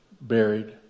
buried